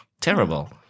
terrible